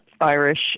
Irish